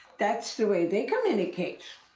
that's the way they communicate.